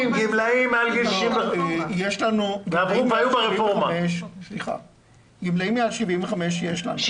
גמלאים מעל גיל 65. גמלאים מעל גיל 75, יש לנו.